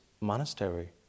monastery